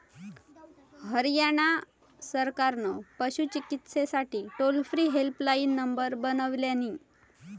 हरयाणा सरकारान पशू चिकित्सेसाठी टोल फ्री हेल्पलाईन नंबर बनवल्यानी